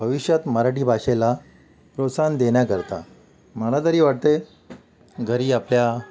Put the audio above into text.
भविष्यात मराठी भाषेला प्रोत्साहन देण्याकरता मला तरी वाटते घरी आपल्या